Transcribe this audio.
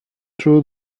through